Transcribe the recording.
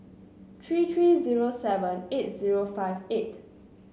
three three zero seven eight zero five eight